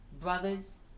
Brothers